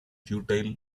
futile